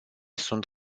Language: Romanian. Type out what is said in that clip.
sunt